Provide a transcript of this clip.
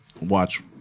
watch